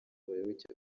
abayoboke